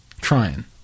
trying